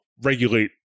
regulate